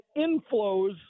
inflows